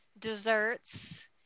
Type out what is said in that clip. desserts